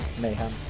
Mayhem